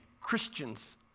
Christian's